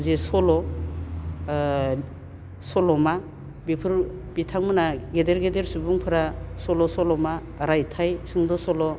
जे सल' ओ सल'मा बिफोर बिथांमोनहा गेदेर गेदेर सुबुंफोरा सल' सल'मा रायथाइ सुंद' सल'